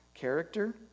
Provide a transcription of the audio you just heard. character